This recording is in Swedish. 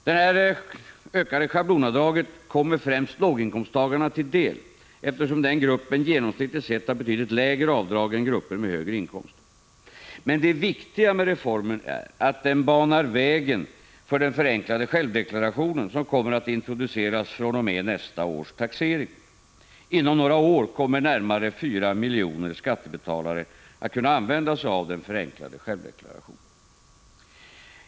Det ökade schablonavdraget kommer främst låginkomsttagarna till del, eftersom den gruppen genomsnittligt sett har betydligt lägre avdrag än grupper med högre inkomster. Men vet viktiga med reformen är att den banar vägen för den förenklade självdeklarationen, som kommer att introduceras fr.o.m. nästa års taxering. Inom några år kommer närmare 4 miljoner skattebetalare att kunna använda sig av den förenklade självdeklarationen.